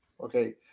Okay